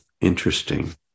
interesting